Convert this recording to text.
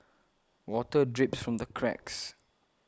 water drips from the cracks